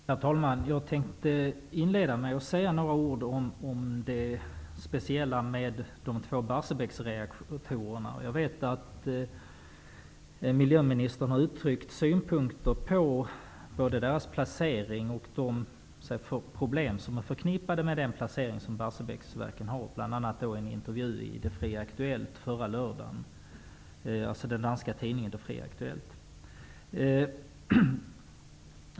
Herr talman! Jag tänkte inleda med att säga några ord om det speciella med de två Barsebäcksreaktorerna. Jag vet att miljöministern har uttryckt synpunkter på både deras placering och de problem som är förknippade med den placering som Barsebäcksverken har, bl.a. i en intervju i den danska tidningen Det Fri Aktuelt förra lördagen.